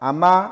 Ama